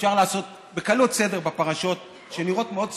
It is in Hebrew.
בקלות אפשר לעשות סדר בפרשות שנראות מאוד סבוכות: